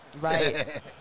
Right